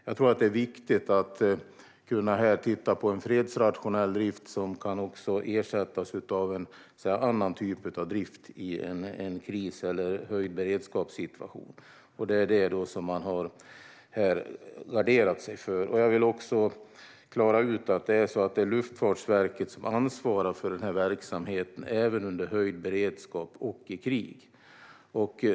Jag tror att det är viktigt att kunna titta på en fredsrationell drift som också kan ersättas av en annan typ av drift i en situation av kris eller höjd beredskap. Det är alltså det man har garderat sig för. Jag vill också klara ut att det är Luftfartsverket som ansvarar för denna verksamhet även under höjd beredskap och i krig.